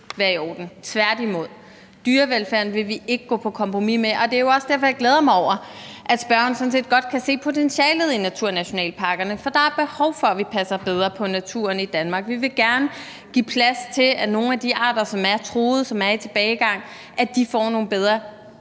være i orden, tværtimod. Dyrevelfærden vil vi ikke gå på kompromis med, og det er jo også derfor, jeg glæder mig over, at spørgeren sådan set godt kan se potentialet i naturnationalparkerne, for der er behov for, at vi passer bedre på naturen i Danmark. Vi vil gerne give plads til, at nogle af de arter, som er truet, og som er i tilbagegang, får nogle bedre